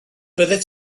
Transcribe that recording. fyddet